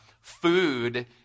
food